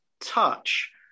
touch